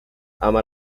ama